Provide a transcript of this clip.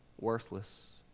worthless